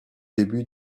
début